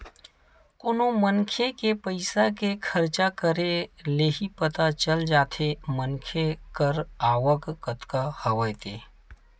कोनो मनखे के पइसा के खरचा करे ले ही पता चल जाथे मनखे कर आवक कतका हवय ते